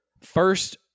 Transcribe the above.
First